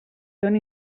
són